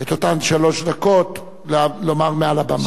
את אותן שלוש דקות לומר מעל הבמה.